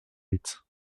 huit